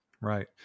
Right